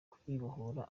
kwibohora